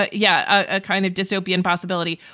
but yeah. a kind of dystopian possibility.